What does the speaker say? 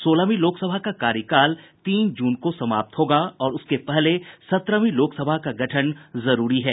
सोलहवीं लोकसभा का कार्यकाल तीन जून को समाप्त होगा और उसके पहले सत्रहवीं लोकसभा का गठन जरूरी है